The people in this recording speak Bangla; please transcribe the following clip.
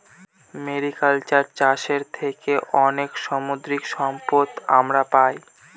মেরিকালচার চাষের থেকে অনেক সামুদ্রিক সম্পদ আমরা পাই